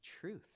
truth